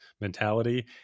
mentality